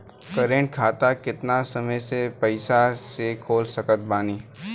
Current खाता केतना कम से कम पईसा से खोल सकत बानी?